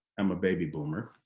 i'm a baby boomer